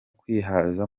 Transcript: kwihaza